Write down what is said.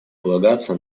полагаться